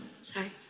sorry